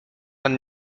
pan